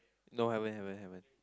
no haven't haven't haven't